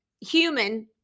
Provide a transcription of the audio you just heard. human